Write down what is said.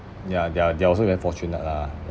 ya they are they are also very fortunate lah